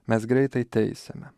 mes greitai teisiame